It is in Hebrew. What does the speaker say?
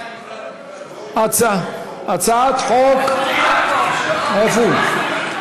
הצעת חוק, איפה הוא?